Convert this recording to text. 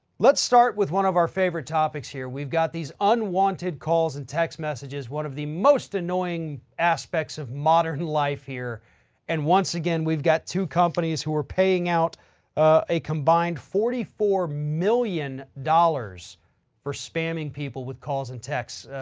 let's start with one of our favorite topics here. we've got these unwanted calls and text messages. one of the most annoying aspects of modern life here and once again, we've got two companies who are paying out a combined forty four million dollars for spamming people with calls and texts.